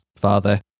father